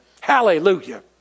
Hallelujah